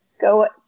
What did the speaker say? go